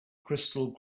crystal